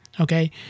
okay